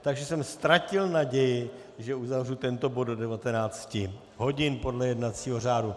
Takže jsem ztratil naději, že uzavřu tento bod do 19 hodin podle jednacího řádu.